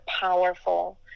powerful